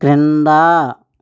క్రింద